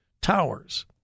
towers